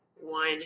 one